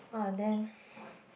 uh then